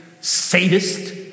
sadist